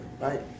right